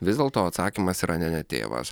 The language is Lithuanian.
vis dėlto atsakymas yra ne ne tėvas